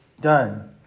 done